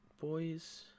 boys